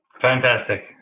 Fantastic